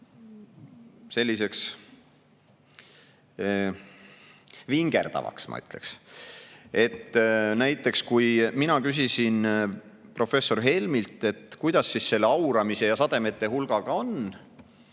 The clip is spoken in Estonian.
selliseks vingerdavaks, ma ütleks. Näiteks kui mina küsisin professor Helmilt, kuidas siis selle auramise ja sademete hulgaga on,